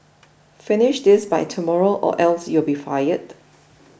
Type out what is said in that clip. finish this by tomorrow or else you'll be fired